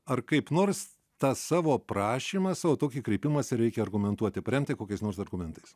ar kaip nors tą savo prašymą savo tokį kreipimąsi reikia argumentuoti paremti kokiais nors argumentais